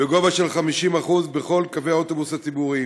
בגובה של 50% בכל קווי האוטובוס הציבוריים.